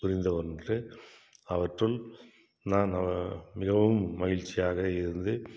புரிந்த ஒன்று அவற்றுள் நான் மிகவும் மகிழ்ச்சியாக இருந்து